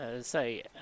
say